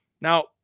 Now